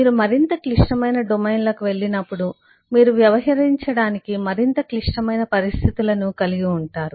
మీరు మరింత క్లిష్టమైన డొమైన్లకు వెళ్ళినప్పుడు మీరు వ్యవహరించడానికి మరింత క్లిష్టమైన పరిస్థితులను కలిగి ఉంటారు